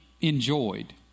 enjoyed